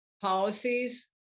policies